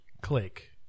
click